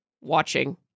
watching